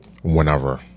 Whenever